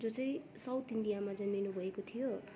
जो चाहिँ साउथ इन्डियामा जन्मिनुभएको थियो